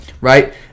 right